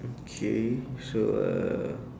okay so uh